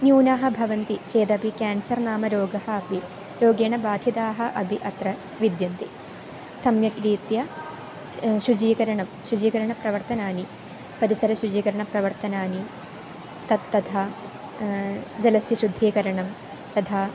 न्यूनाः भवन्ति चेदपि केन्सर् नाम रोगः अपि रोगेण बाधिताः अपि अत्र विद्यन्ते सम्यक् रीत्या शुचीकरणं शचीकरणप्रवर्तनानि परिसरशुचीकरणप्रवर्तनानि तत् तथा व जलस्य शुद्धीकरणं तधा